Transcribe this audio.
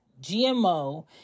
GMO